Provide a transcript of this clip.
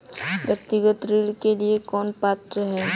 व्यक्तिगत ऋण के लिए कौन पात्र है?